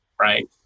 right